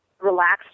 relaxed